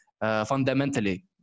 Fundamentally